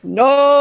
no